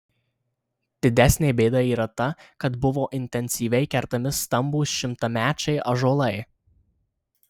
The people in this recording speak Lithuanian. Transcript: didesnė bėda yra ta kad buvo intensyviai kertami stambūs šimtamečiai ąžuolai